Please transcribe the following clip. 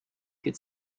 could